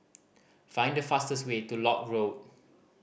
find the fastest way to Lock Road